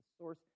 source